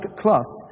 cloth